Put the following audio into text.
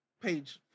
page